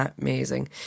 amazing